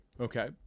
Okay